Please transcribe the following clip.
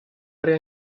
aria